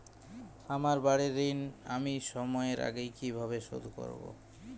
আমার বাড়ীর ঋণ আমি সময়ের আগেই কিভাবে শোধ করবো?